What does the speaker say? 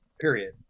period